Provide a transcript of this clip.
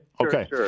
Okay